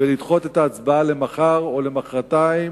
ולדחות את ההצבעה למחר או למחרתיים,